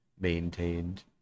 maintained